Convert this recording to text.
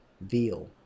Veal